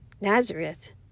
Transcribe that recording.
Nazareth